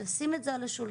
לשים את זה על השולחן,